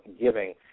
Giving